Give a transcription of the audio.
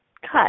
cut